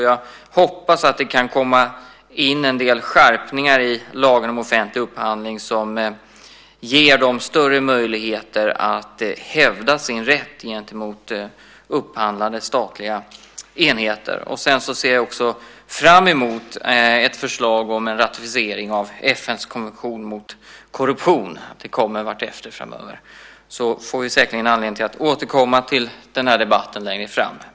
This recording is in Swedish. Jag hoppas att det kan komma in en del skärpningar i lagen om offentlig upphandling som ger dem större möjligheter att hävda sin rätt gentemot upphandlande statliga enheter. Jag ser också fram emot ett förslag om en ratificering av FN:s konvention mot korruption som kommer framöver. Och vi får säkerligen anledning att återkomma till denna debatt längre fram.